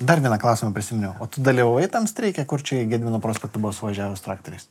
dar vieną klausimą prisiminiau o tu dalyvavai tam streike kur čia į gedimino prospektą buvo suvažiavę su traktoriais